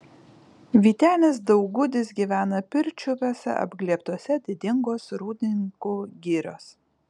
vytenis daugudis gyvena pirčiupiuose apglėbtuose didingos rūdininkų girios